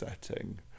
setting